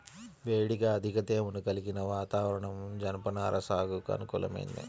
వేడిగా అధిక తేమను కలిగిన వాతావరణం జనపనార సాగుకు అనుకూలమైంది